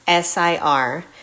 SIR